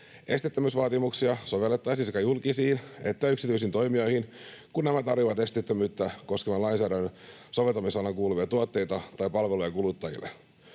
Esteettömyysvaatimuksia sovellettaisiin sekä julkisiin että yksityisiin toimijoihin, kun nämä tarjoavat esteettömyyttä koskevan lainsäädännön soveltamisalaan kuuluvia tuotteita tai palveluja kuluttajille.